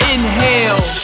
Inhale